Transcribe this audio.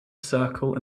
circle